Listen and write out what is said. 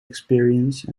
experience